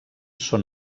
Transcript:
són